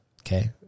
Okay